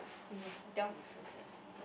we have tell differences